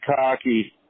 cocky